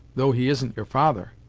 though he isn't your father.